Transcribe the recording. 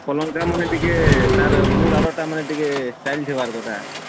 ପଲଙ୍କ ତାମାନେ ଟିକେ ତାର୍ ମୁଡ଼୍ ଆଡ଼ର୍ଟାମାନେ ଟିକେ ଷ୍ଟାଇଲ୍ ଥିବାର୍ କଥା